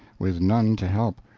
with none to help,